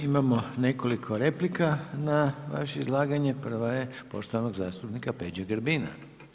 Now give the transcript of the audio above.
Imamo nekoliko replika na vaše izlaganje, prva je poštovanog zastupnika Peđe Grbina.